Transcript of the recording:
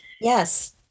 Yes